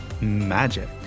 magic